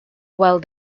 while